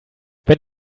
wenn